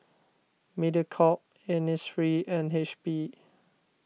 Mediacorp Innisfree and H P